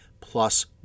plus